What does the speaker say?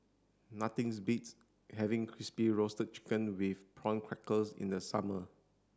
nothing is beats having crispy roasted chicken with prawn crackers in the summer